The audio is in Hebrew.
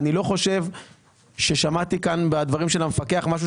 אני לא חושב ששמעתי כאן בדברים של המפקח משהו